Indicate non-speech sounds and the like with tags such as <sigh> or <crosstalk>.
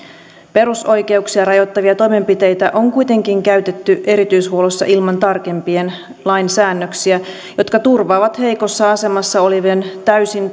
perusoikeuksia rajoittavia toimenpiteitä on kuitenkin käytetty erityishuollossa ilman tarkempia lainsäännöksiä jotka turvaavat heikossa asemassa olevien täysin <unintelligible>